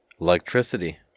Electricity